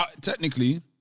Technically